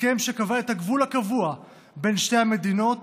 הסכם שקבע את הגבול הקבוע בין שתי המדינות